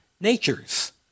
natures